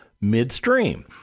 midstream